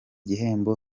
gihembo